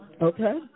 Okay